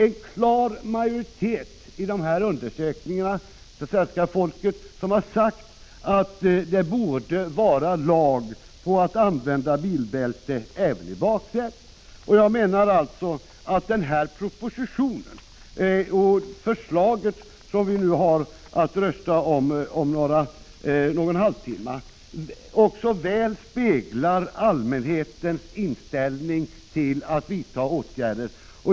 I dessa undersökningar har en klar majoritet av svenska folket sagt att det borde vara lag på att använda bilbälte även i baksätet. Jag menar att propositionen och det förslag som vi har att rösta om om någon halvtimme väl speglar allmänhetens inställning till att vidta åtgärder.